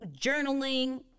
journaling